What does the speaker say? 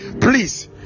please